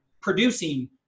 producing